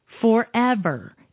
forever